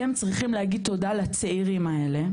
אתם צריכים להגיד תודה לצעירים האלה,